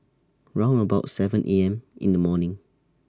round about seven A M in The morning